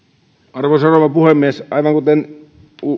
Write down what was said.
arvoisa rouva puhemies aivan kuten